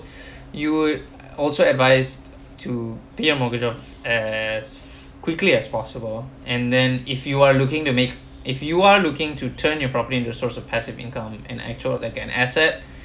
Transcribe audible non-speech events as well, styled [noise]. you would also advise to pay your mortgage off as quickly as possible and then if you are looking to make if you are looking to turn you property into source of passive income and actual like an asset [breath]